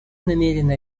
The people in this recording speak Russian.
намерены